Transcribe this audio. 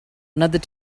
another